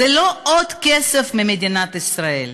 זה לא עוד כסף ממדינת ישראל,